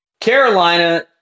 Carolina